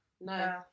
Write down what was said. no